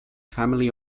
family